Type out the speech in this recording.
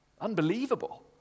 Unbelievable